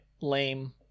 lame